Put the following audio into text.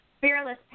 fearless